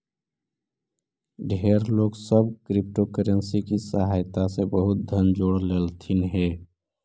ढेर लोग सब क्रिप्टोकरेंसी के सहायता से बहुत धन जोड़ लेलथिन हे